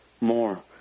more